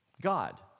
God